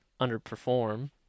underperform